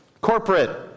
Corporate